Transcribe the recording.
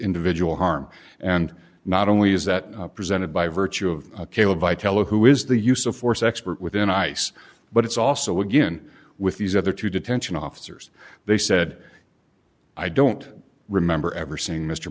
individual harm and not only is that presented by virtue of kayla vitale who is the use of force expert within ice but it's also again with these other two detention officers they said i don't remember ever seeing mr